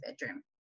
bedroom